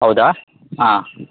ಹೌದಾ ಆಂ